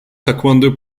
taekwondo